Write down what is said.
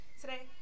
today